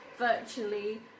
virtually